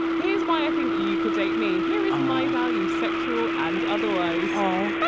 here's why i think you could date me. here is my value, sexual and otherwise aw